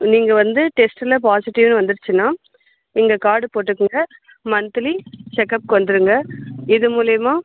நீங்கள் வந்து டெஸ்ட்டில் பாசிட்டிவ்னு வந்துடுச்சின்னால் இங்கே காடு போட்டுக்கொங்க மந்த்லி செக்கப்புக்கு வந்துடுங்க இது மூலயமா